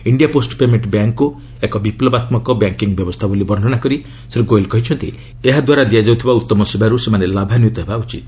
India post payment ବ୍ୟାଙ୍କକୁ ଏକ ବିପ୍ଲବାତ୍ମକ ବ୍ୟାଙ୍କିଂ ବ୍ୟବସ୍ଥା ବୋଲି ବର୍ଣ୍ଣନା କରି ଶ୍ରୀ ଗୋଏଲ କହିଛନ୍ତି ଏହାଦ୍ୱାରା ଦିଆଯାଉଥିବା ଉତ୍ତମ ସେବାରୁ ସେମାନେ ଲାଭାନ୍ୱିତ ହେବା ଉଚିତ